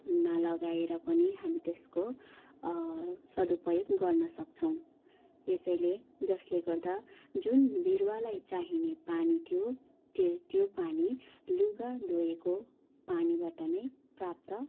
मा लगाएर पनि हामी त्यसको सदुपयोग गर्नसक्छौँ यसैले जसले गर्दा जुन बिरुवालाई चाहिने पानी थियो त त्यो पानी लुगा धोएको पानीबाट नै प्राप्त